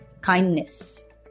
kindness